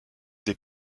des